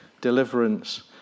deliverance